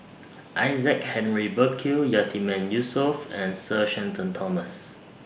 Isaac Henry Burkill Yatiman Yusof and Sir Shenton Thomas